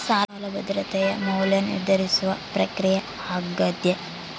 ಸಾಲ ಭದ್ರತೆಯ ಮೌಲ್ಯ ನಿರ್ಧರಿಸುವ ಪ್ರಕ್ರಿಯೆ ಆಗ್ಯಾದ